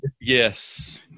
Yes